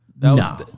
No